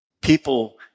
people